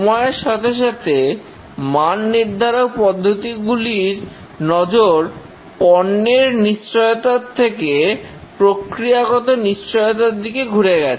সময়ের সাথে সাথে মান নির্ধারক পদ্ধতি গুলির নজর নজর পণ্যের নিশ্চয়তার থেকে প্রক্রিয়াগত নিশ্চয়তার দিকে ঘুরে গেছে